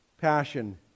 passion